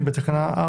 י'